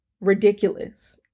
ridiculous